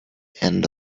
end